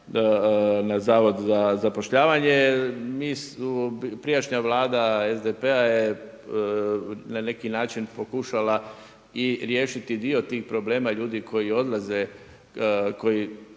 na zavod za zapošljavanje. Prijašnja Vlada SDP-a je na neki način pokušala i riješiti dio tih problema ljudi koji odlaze, koji